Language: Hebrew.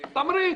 תמריץ.